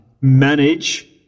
manage